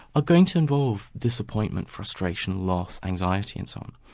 are going to involve disappointment, frustration, loss, anxiety and so on.